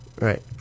Right